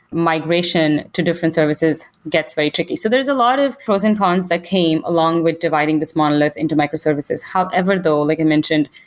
migration to different services gets very tricky. so there's a lot of pros and cons that came along with dividing this monolith into microservices. however though, i like i mentioned,